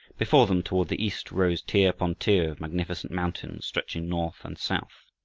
before them, toward the east, rose tier upon tier of magnificent mountains, stretching north and south.